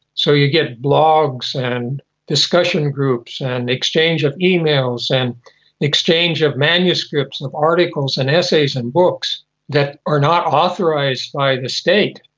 so you get blogs and discussion groups and exchange of emails and exchange of manuscripts, of articles and essays and books that are not authorised by the state,